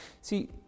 See